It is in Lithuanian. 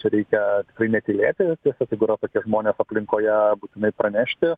čia reikia netylėti ir tiesiog jeigu yra tokie žmonės aplinkoje būtinai pranešti